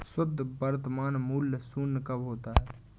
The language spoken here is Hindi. शुद्ध वर्तमान मूल्य शून्य कब होता है?